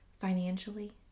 financially